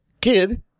kid